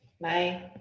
Bye